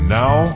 now